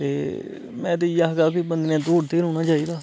में ते इयै आक्खगा